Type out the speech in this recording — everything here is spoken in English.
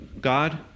God